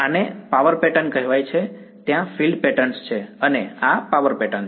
આને power pattern કહેવાય છે ત્યાં ફીલ્ડ પેટર્ન છે અને આ પાવર પેટર્ન છે